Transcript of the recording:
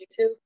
YouTube